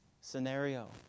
scenario